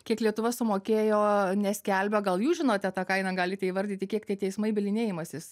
kiek lietuva sumokėjo neskelbia gal jūs žinote tą kainą galite įvardyti kiek tie teismai bylinėjimasis